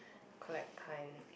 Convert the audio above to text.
collect kind